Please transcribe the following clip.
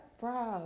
Bro